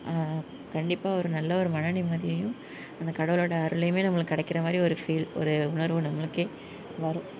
கண்டிப்பாக ஒரு நல்ல ஒரு மன நிம்மதியையும் அந்த கடவுளோடய அருளையும் நம்மளுக்கு கிடைக்கிற மாதிரி ஒரு ஃபீல் ஒரு உணர்வு நம்மளுக்கு வரும்